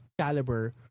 caliber